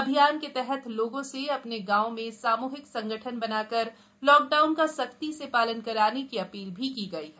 अभियान के तहत लोगों से अपने गाँव में सामूहिक संगठन बनाकर लॉकडाउन का सख्ती से पालन कराने की अपील भी की गयी है